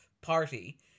party